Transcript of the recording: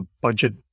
budget